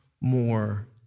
more